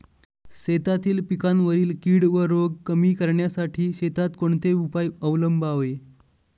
शेतातील पिकांवरील कीड व रोग कमी करण्यासाठी शेतात कोणते उपाय अवलंबावे?